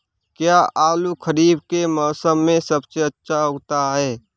क्या आलू खरीफ के मौसम में सबसे अच्छा उगता है?